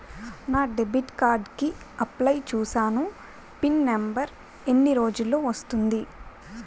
నా debit card కి apply చూసాను పిన్ నంబర్ ఎన్ని రోజుల్లో వస్తుంది?